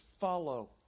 follow